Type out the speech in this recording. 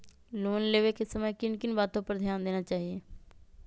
Loan लेने के समय किन किन वातो पर ध्यान देना चाहिए?